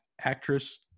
Actress